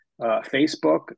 Facebook